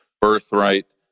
birthright